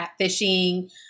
catfishing